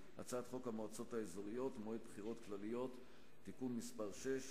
חוק המועצות האזוריות (מועד בחירות כלליות) (תיקון מס' 6),